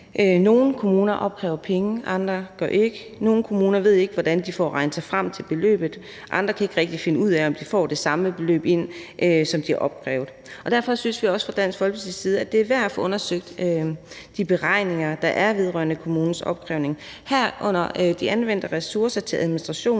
Nogle kommuner opkræver penge, andre gør ikke; nogle kommuner ved ikke, hvordan de får regnet sig frem til beløbet, og andre kan ikke rigtig finde ud af, om de får det samlede beløb ind, som de har opkrævet. Og derfor synes vi også fra Dansk Folkepartis side, at det er værd at få undersøgt de beregninger, der er, vedrørende kommunens opkrævning, herunder de anvendte ressourcer til administration